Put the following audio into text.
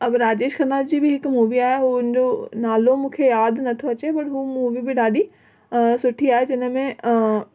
अब राजेश खन्ना जी बि हिकु मूवी आहे उहो हुन जो नालो मूंखे यादि नथो अचे बट उहा मूवी बि ॾाढी सुठी आहे जिन में